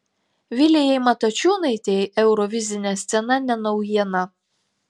vilijai matačiūnaitei eurovizinė scena ne naujiena